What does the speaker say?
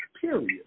period